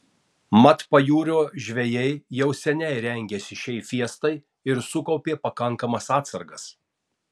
mat pajūrio žvejai jau seniai rengėsi šiai fiestai ir sukaupė pakankamas atsargas